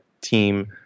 team